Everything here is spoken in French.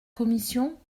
commission